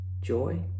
joy